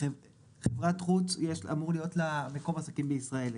חברת חוץ, אמור להיות לה מקור עסקים בישראל.